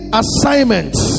assignments